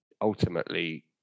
ultimately